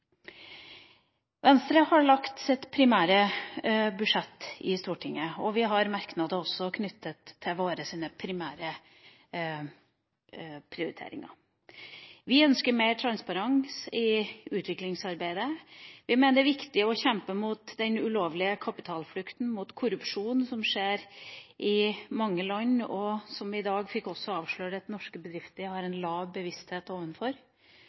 Venstre har lagt fram sitt primære budsjett i Stortinget, og vi har også merknader knyttet til våre primære prioriteringer. Vi ønsker mer transparens i utviklingsarbeidet. Vi mener det er viktig å kjempe mot den ulovlige kapitalflukten og korrupsjonen som skjer i mange land, og som vi i dag fikk vite at også norske bedrifter har en lav bevissthet